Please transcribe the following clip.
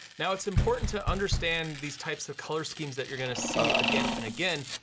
now, it's important to understand these types of color schemes that you're gonna see again and again,